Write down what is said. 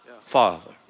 Father